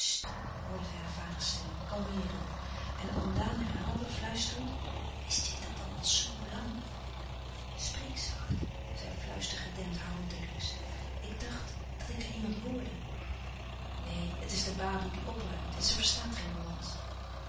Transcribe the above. hoorde zij haar vaders stem kalmeerend en oom daan herhaalde fluisterend wist jij dat dan al zo lang spreek zacht zei fluistergedempt harold dercksz ik dacht dat ik daar iemand hoorde neen het is de baboe die opruimt en ze verstaat geen hollandsch